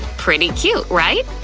pretty cute, right?